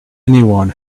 anyone